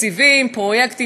התקציבים והפרויקטים,